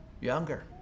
younger